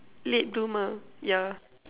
late bloomer yeah